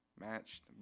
matched